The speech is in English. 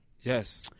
yes